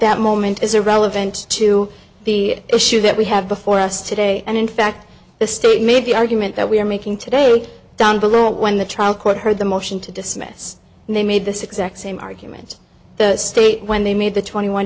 that moment is irrelevant to the issue that we have before us today and in fact the state made the argument that we making today down below when the trial court heard the motion to dismiss and they made this exact same argument the state when they made the twenty one